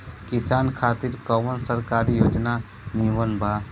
किसान खातिर कवन सरकारी योजना नीमन बा?